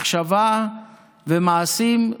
מחשבה ומעשים,